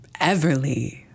Everly